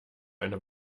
einer